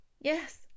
Yes